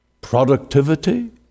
productivity